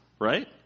right